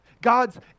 God's